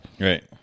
Right